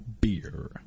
beer